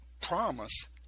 promise